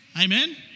Amen